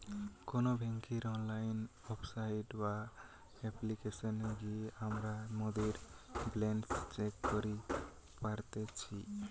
কোনো বেংকের online website বা অপ্লিকেশনে গিয়ে আমরা মোদের ব্যালান্স চেক করি পারতেছি